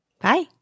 Bye